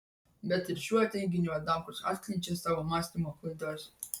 bet ir šiuo teiginiu adamkus atskleidžia savo mąstymo klaidas